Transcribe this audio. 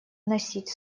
вносить